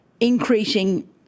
increasing